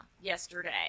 yesterday